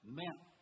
meant